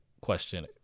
question